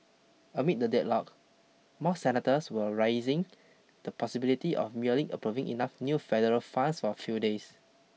amid the deadlock more senators were raising the possibility of merely approving enough new federal funds for a few days